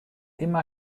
immer